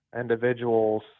individuals